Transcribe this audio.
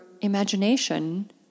imagination